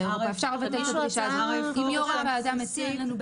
שלכם באוצר.